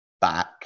back